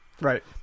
Right